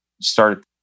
start